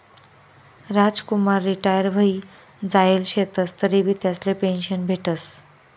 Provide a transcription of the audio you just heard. Ramkumar retire व्हयी जायेल शेतंस तरीबी त्यासले पेंशन भेटस